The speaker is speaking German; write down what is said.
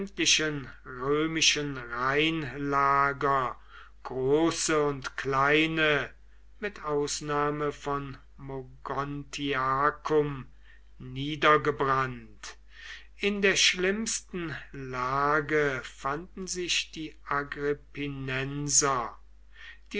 römischen rheinlager große und kleine mit ausnahme von mogontiacum niedergebrannt in der schlimmsten lage fanden sich die